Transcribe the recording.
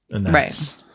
Right